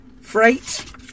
freight